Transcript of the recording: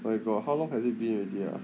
my god how long has it been already ah